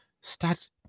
start